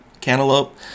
cantaloupe